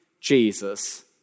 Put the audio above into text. Jesus